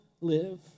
live